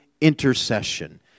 Intercession